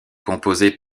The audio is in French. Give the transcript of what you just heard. composés